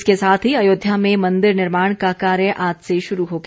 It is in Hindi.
इसके साथ ही अयोध्या में मन्दिर निर्माण का कार्य आज से शुरू हो गया